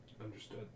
Understood